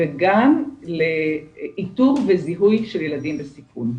וגם לאיתור וזיהוי של ילדים בסיכון.